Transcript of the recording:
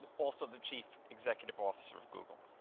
also the chief executive officer of google.